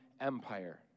Empire